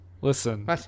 Listen